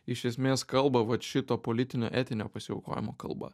iš esmės kalba vat šito politinio etinio pasiaukojimo kalba